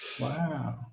wow